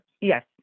yes